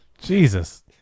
Jesus